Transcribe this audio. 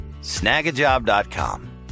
Snagajob.com